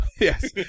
Yes